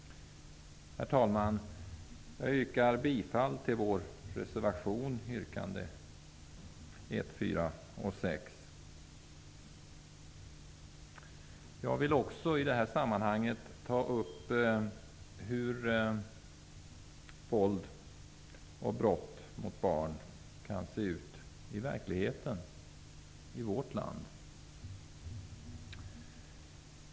Herr talman! Jag yrkar bifall till vår reservation, yrkande 1, 4 och 6. I det här sammanhanget vill jag också ta upp hur våld och brott riktat mot barn kan se ut i verkligheten i vårt land.